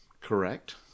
Correct